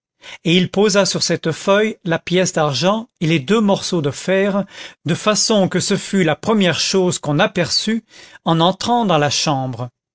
et il posa sur cette feuille la pièce d'argent et les deux morceaux de fer de façon que ce fût la première chose qu'on aperçût en entrant dans la chambre